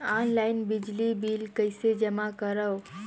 Online बिजली bill कइसे जमा करव?